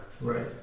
Right